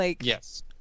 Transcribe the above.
Yes